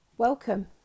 welcome